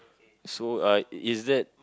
so uh is that